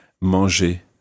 manger